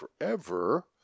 forever